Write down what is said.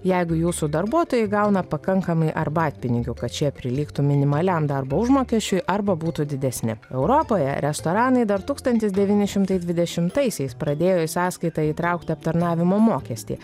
jeigu jūsų darbuotojai gauna pakankamai arbatpinigių kad šie prilygtų minimaliam darbo užmokesčiui arba būtų didesni europoje restoranai dar tūkstantis devyni šimtai dvidešimtaisiais pradėjo į sąskaitą įtraukti aptarnavimo mokestį